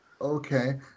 okay